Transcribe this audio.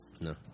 No